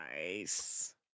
Nice